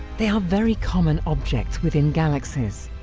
they are very common objects within galaxies.